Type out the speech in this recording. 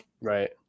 Right